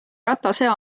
ratase